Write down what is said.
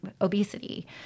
obesity